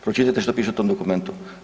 Pročitajte što piše u tom dokumentu.